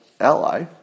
ally